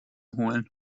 holen